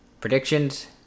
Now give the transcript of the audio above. Predictions